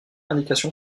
indication